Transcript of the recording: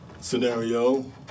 scenario